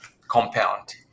compound